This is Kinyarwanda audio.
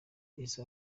izi